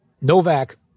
Novak